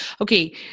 okay